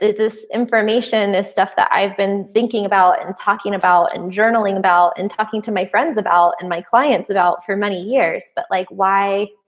this information, this stuff that i've been thinking about and talking about and journaling about and talking to my friends about and my clients about for many years, but like why?